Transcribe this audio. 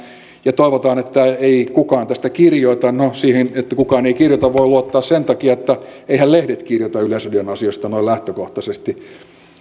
ja toivotaan että ei kukaan tästä kirjoita no siihen että kukaan ei kirjoita voi luottaa sen takia että eiväthän lehdet kirjoita yleisradion asioista noin lähtökohtaisesti